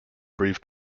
brief